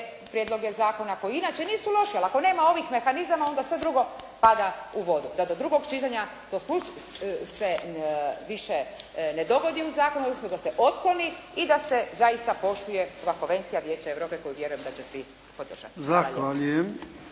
prijedloge zakona koji inače nisu loše, ali ako nema ovih mehanizama onda sve drugo pada u vodu, da do drugog čitanja se više ne dovodi u zakon, nego da se otkloni i da se zaista poštuje ova Konvencija vijeća Europe koju vjerujem da će svi podržati.